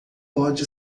pode